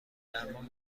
درمان